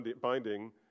binding